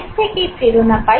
এর থেকেই প্রেরণা পাই